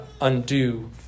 undo